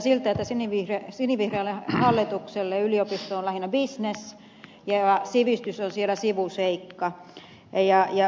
näyttää siltä että sinivihreälle hallitukselle yliopisto on lähinnä bisnes ja sivistys on siellä sivuseikka